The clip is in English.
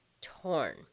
torn